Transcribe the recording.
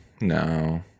No